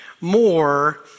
more